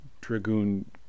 Dragoon